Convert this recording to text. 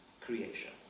creation